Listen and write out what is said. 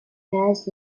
has